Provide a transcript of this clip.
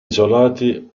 isolati